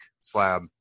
slab